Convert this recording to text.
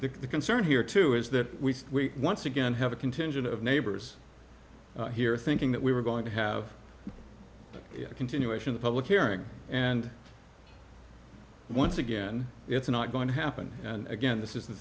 the concern here too is that we once again have a contingent of neighbors here thinking that we were going to have a continuation of public hearing and once again it's not going to happen and again this is the